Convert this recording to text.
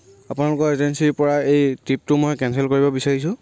আপোনালোকৰ এজেঞ্চিৰ পৰা এই ট্ৰিপটো মই কেনচেল কৰিব বিচাৰিছো